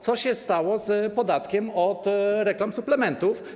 Co się stało z podatkiem od reklam suplementów?